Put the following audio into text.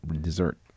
dessert